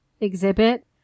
exhibit